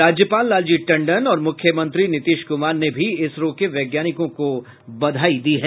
राज्यपाल लालजी टंडन और मुख्यमंत्री नीतीश कुमार ने भी इसरो के वैज्ञानिकों को बधाई दी है